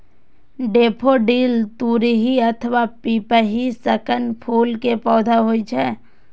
daffodil तुरही अथवा पिपही सनक फूल के पौधा होइ छै